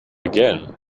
again